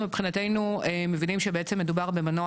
אנחנו מבחינתנו מבינים שבעצם מדובר במנוע